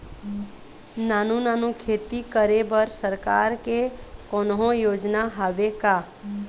नानू नानू खेती करे बर सरकार के कोन्हो योजना हावे का?